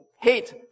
hate